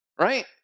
Right